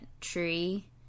tree